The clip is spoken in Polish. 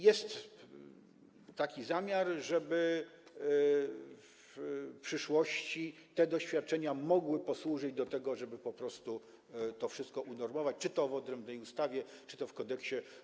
Jest taki zamiar, żeby w przyszłości te doświadczenia mogły posłużyć temu, żeby po prostu to wszystko unormować, czy to w odrębnej ustawie, czy to w kodeksie.